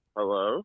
Hello